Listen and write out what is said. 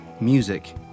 Music